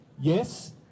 Yes